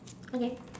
okay